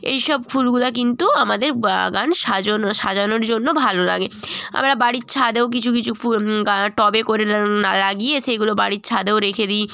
এই সব ফুলগুলো কিন্তু আমাদের বাগান সাজানো সাজানোর জন্য ভালো লাগে আমরা বাড়ির ছাদেও কিছু কিছু ফুল গাছ টবে করে লাগিয়ে সেইগুলো বাড়ির ছাদেও রেখে দিই